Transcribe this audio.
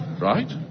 Right